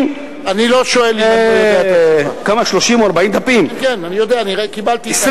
אני לא שואל אם אני לא יודע את התשובה.